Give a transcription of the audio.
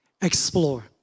Explore